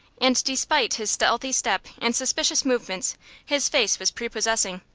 and despite his stealthy step and suspicious movements his face was prepossessing.